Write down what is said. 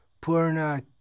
purna